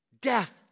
death